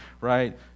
right